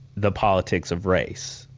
the politics of race.